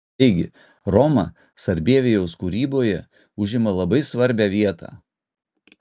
taigi roma sarbievijaus kūryboje užima labai svarbią vietą